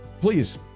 please